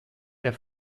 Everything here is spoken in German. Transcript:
der